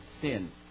sin